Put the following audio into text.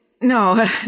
No